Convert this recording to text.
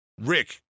Rick